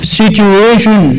situation